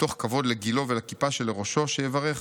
מתוך כבוד לגילו ולכיפה שלראשו, שיברך.